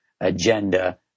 agenda